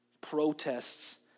protests